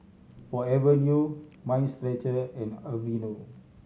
Forever New Mind Stretcher and Aveeno